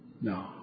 No